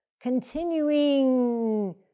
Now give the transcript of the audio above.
Continuing